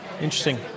Interesting